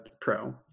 pro